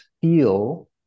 feel